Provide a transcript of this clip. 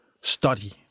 study